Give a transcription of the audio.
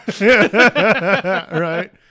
Right